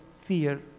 fear